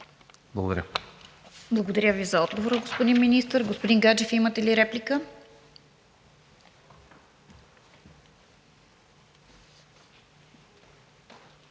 КИРОВА: Благодаря Ви за отговора, господин Министър. Господин Гаджев, имате ли реплика?